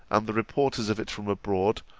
and the reporters of it from abroad,